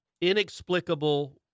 inexplicable